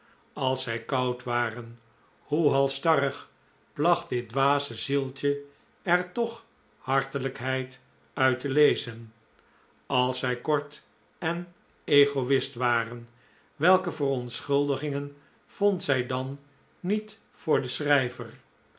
als zij koud waren hoe halsstarrig placht dit dwaze zieltje er toch hartelijkheid uit te lezen als zij kort en egoist waren welke verontschuldigingen vond zij dan niet voor den schrijver